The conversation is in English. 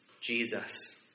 Jesus